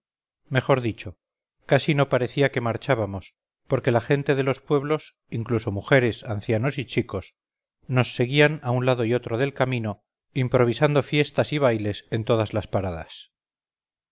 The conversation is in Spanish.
mejor dicho casi no parecía que marchábamos porque la gente de los pueblos incluso mujeres ancianosy chicos nos seguían a un lado y otro del camino improvisando fiestas y bailes en todas las paradas